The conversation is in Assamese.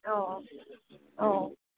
অঁ অঁ